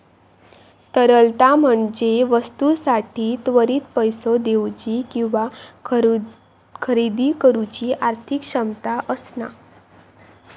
तरलता म्हणजे वस्तूंसाठी त्वरित पैसो देउची किंवा खरेदी करुची आर्थिक क्षमता असणा